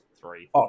three